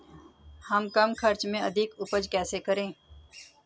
हम कम खर्च में अधिक उपज कैसे करें?